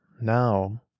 Now